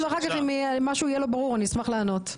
ואחר כך אם משהו לא יהיה ברור אני אשמח לענות.